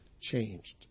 Changed